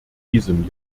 diesem